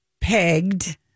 pegged